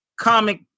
comic